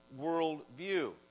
worldview